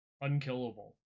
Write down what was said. unkillable